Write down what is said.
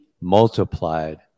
multiplied